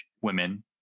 women